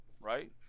right